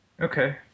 Okay